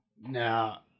Now